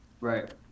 Right